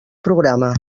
programa